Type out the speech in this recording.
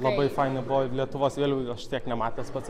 labai fainiai buvo lietuvos vėliavų aš tiek nematęs pats